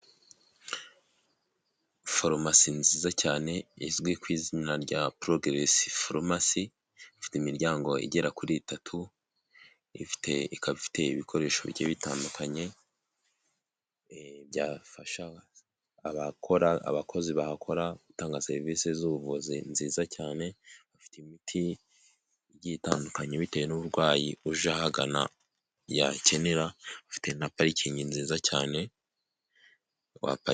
Farumasi nziza cyane izwi ku izina rya porogeresi farumasi, ifite imiryango igera kuri itatu, ifite ikaba ifite ibikoresho bigiye bitandukanye, byafasha abakora abakozi bahakora gutanga serivisi z'ubuvuzi nziza cyane, bafite imiti igiye itandukanye bitewe n'uburwayi uje ahagana yakenera ufite na parikingi nziza cyane.